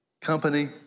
company